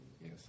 Yes